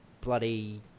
bloody